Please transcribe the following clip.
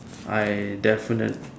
I definite